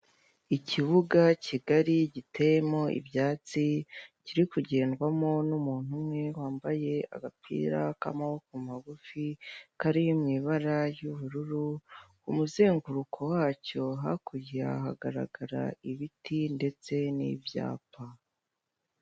Ikibuga kigari giteyemo ibyatsi, kiri kugendwamo n'umuntu umwe wambaye agapira k'amaboko magufi kari mu ibara ry'ubururu, umuzenguruko wacyo hakurya hagaragara ibiti n'ibyapa.